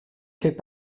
fait